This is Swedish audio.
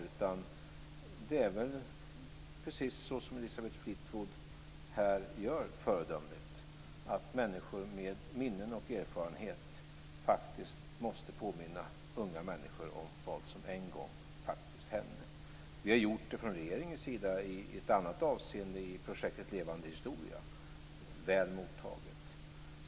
Det är väl precis som Elisabeth Fleetwood så föredömligt visar, att människor med minnen och erfarenhet måste påminna unga människor om vad som en gång faktiskt hände. Vi har gjort det en gång från regeringens sida i ett annat avseende i projektet Levande historia som blev väl mottaget.